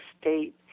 State